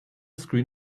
screen